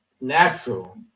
natural